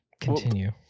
continue